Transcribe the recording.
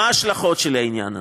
מה ההשלכות של העניין הזה?